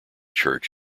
church